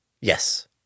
yes